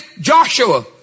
Joshua